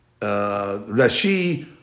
Rashi